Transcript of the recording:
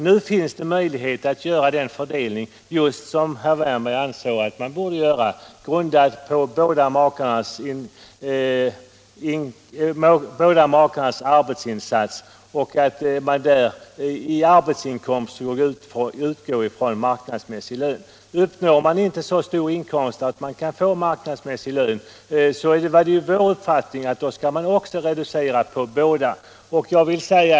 Nu finns det alltså möjlighet att göra just den fördelning som herr Wärnberg ansåg att man borde göra, grundad på båda makarnas arbetsinsats. När det gäller arbetsinkomsten skall man utgå från den utförda arbetsinsatsen och marknadsmässig lön. I fråga om dem som inte uppnår så stor inkomst att de kan få marknadsmässig lön skall man också enligt vår uppfattning reducera för båda makarna.